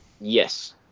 Yes